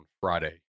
Friday